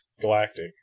Galactic